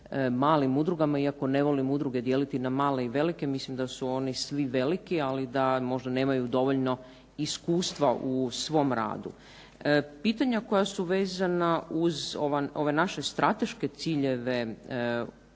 "malim udrugama", iako ne volim udruge dijeliti na male i velike. Mislim da su oni svi veliki, ali da možda nemaju dovoljno iskustva u svom radu. Pitanja koja su vezana uz ove naše strateške ciljeve povećanja